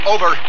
Over